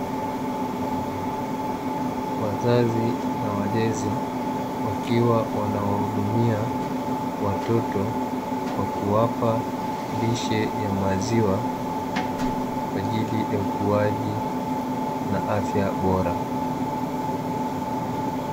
Wazazi na walezi, wakiwa wanawahudumia watoto kwa kuwapa lishe ya maziwa kwa ajili ya ukuaji na afya bora.